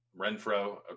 Renfro